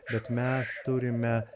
bet mes turime